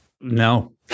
no